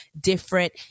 different